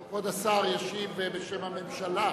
כבוד השר ישיב בשם הממשלה.